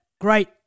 great